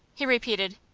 he repeated.